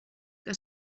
que